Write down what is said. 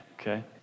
okay